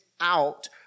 out